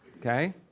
Okay